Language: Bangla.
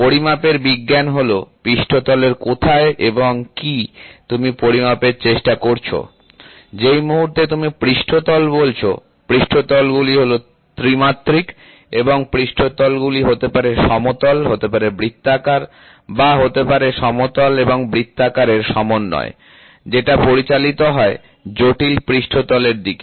পরিমাপের বিজ্ঞান হল পৃষ্ঠতলের কোথায় এবং কি তুমি পরিমাপের চেষ্টা করছো যেই মুহুর্তে তুমি পৃষ্ঠতল বলছো পৃষ্ঠতলগুলি হল ত্রিমাত্রিক এবং পৃষ্ঠতলগুলি হতে পারে সমতল হতে পারে বৃত্তাকার বা হতে পারে সমতল এবং বৃত্তাকার এর সমন্বয় যেটা পরিচালিত হয় জটিল পৃষ্ঠতলের দিকে